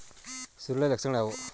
ಸುರುಳಿಯ ಲಕ್ಷಣಗಳು ಯಾವುವು?